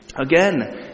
Again